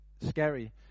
scary